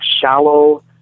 shallow